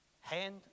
hand